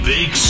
Big